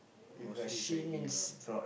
mostly is a he lah